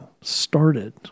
started